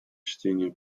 чтения